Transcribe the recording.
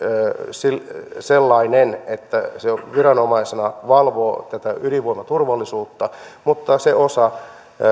sellainen että se viranomaisena valvoo tätä ydinvoiman turvallisuutta mutta se osa